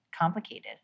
complicated